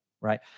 Right